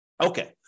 Okay